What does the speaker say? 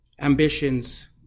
ambitions